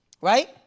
Right